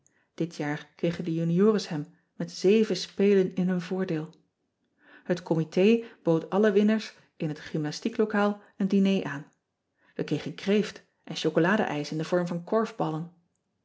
it jaar kregen de uniores hem met zeven spelen in hun voordeel et comité bood alle winners in het gymnastieklokaal een diner aan e kregen kreeft en chocolade ijs in den vorm van korfballen